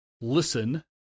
Listen